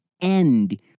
end